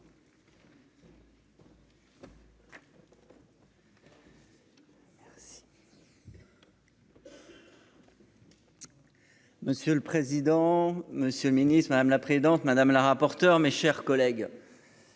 Monsieur le président, Monsieur le Ministre, madame la présidente, madame la rapporteure, mes chers collègues.